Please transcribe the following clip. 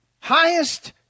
Highest